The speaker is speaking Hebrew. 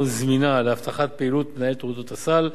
זמינה להבטחת פעילות מנהל תעודת הסל,